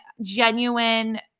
genuine